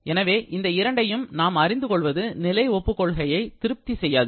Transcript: எனவே இந்த இரண்டையும் நாம் அறிந்து கொள்வது நிலை ஒப்புக் கொள்கையை திருப்தி செய்யாது